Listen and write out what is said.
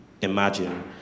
imagine